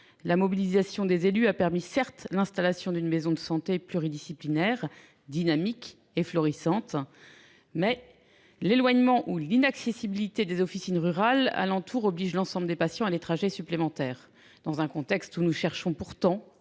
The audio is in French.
la mobilisation des élus a certes permis l’installation d’une maison de santé pluridisciplinaire (MSP) dynamique et florissante, mais l’éloignement ou l’inaccessibilité des officines rurales alentour oblige l’ensemble des patients à des trajets supplémentaires, dans un contexte où nous cherchons pourtant